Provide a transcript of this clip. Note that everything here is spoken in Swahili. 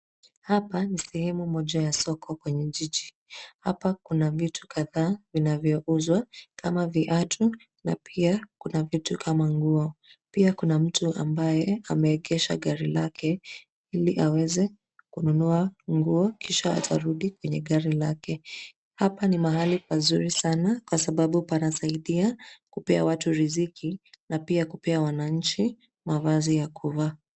Hapa, ni sehemu moja ya soko kwenye jiji. Hapa kuna vitu kadhaa vinavyouzwa, kama viatu, na pia, kuna vitu kama nguo. Pia kuna mtu ambaye, ameegesha gari lake, ili aweze kununua nguo, kisha atarudi kwenye gari lake. Hapa ni mahali pazuri sana, kwa sababu panasaidia, kupea watu riziki, na pia kupea wananchi, mavazi ya kuvaa.